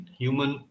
human